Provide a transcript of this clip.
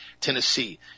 Tennessee